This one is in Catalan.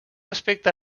aspecte